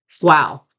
Wow